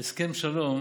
הסכם שלום